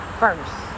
first